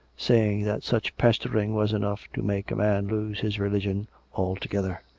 saying that such pestering was enough to make a man lose his religion altogether.